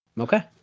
Okay